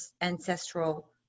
ancestral